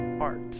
Art